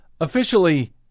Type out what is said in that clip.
officially